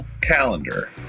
calendar